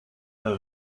her